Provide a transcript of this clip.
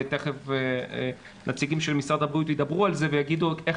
ותיכף הנציגים של משרד הבריאות ידברו על זה ויגידו איך